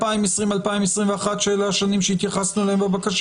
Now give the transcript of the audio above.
2020, 2021, שאלה השנים שהתייחסנו אליהן בבקשה?